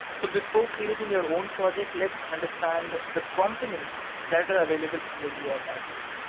so before creating your own project, let's understand the components that are available in the uipath too,